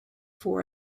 for